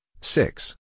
six